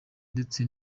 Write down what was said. ndetse